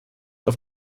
auf